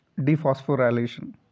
dephosphorylation